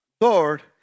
Lord